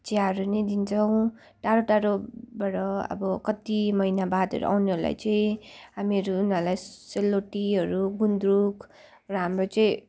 चियाहरू नै दिन्छौँ टाढो टाढोबाट अब कति महिना बादहरू आउनेहरूलाई चाहिँ हामीहरू उनीहरूलाई सेलरोटीहरू गुन्द्रुक र हाम्रो चाहिँ